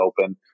open